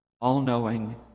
all-knowing